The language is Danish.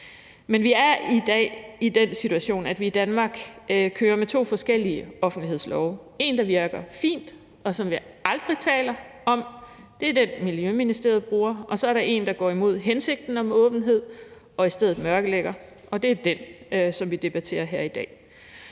Men vi er i dag i den situation, at vi i Danmark kører med to forskellige offentlighedslove: én, der virker fint, og som vi aldrig taler om, og det er den, Miljøministeriet bruger, og så den, der går imod hensigten om åbenhed og i stedet mørklægger, og det er den, som vi debatterer her i dag.